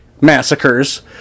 massacres